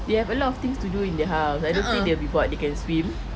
they have a lot of things to do in their house I don't think they'll be bored they can swim